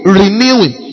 renewing